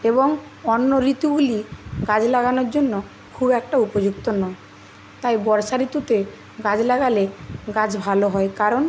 এবং অন্য ঋতুগুলি গাছ লাগানোর জন্য খুব একটা উপযুক্ত নয় তাই বর্ষা ঋতুতে গাছ লাগালে গাছ ভালো হয় কারণ